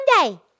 Monday